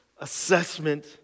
assessment